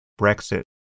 Brexit